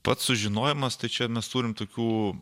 pats sužinojimas tai čia mes turim tokių